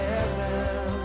Heaven